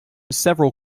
several